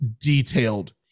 detailed